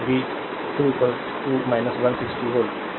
तो V 2 160 volt